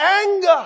anger